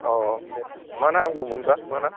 अ अ मा नांगौमोनबा मा ना